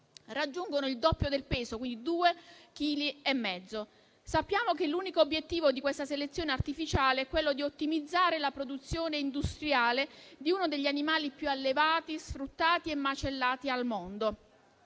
raggiungono il doppio del peso, 2,5 chili. Sappiamo che l'unico obiettivo di questa selezione artificiale è quello di ottimizzare la produzione industriale di uno degli animali più allevati, sfruttati e macellati al mondo.